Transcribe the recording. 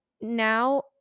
now